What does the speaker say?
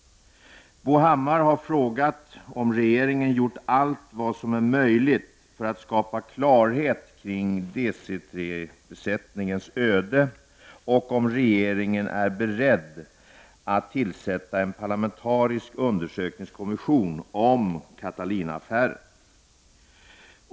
Bo Hammar har frågat om regeringen gjort allt som är möjligt för att skapa klarhet kring DC 3 besättningens öde och om regeringen är beredd att tillsätta en parlamentarisk undersökningskommission om Catalinaaffären.